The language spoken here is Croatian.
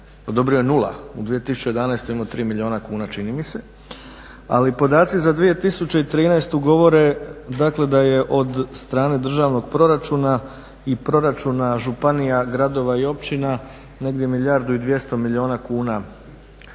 odobrio je nula. U 2011. je imao 3 milijuna kuna čini mi se. Ali podaci za 2013. govore, dakle da je od strane državnog proračuna i proračuna županija, gradova i općina negdje milijardu i 200 milijuna kuna